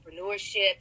entrepreneurship